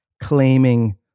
claiming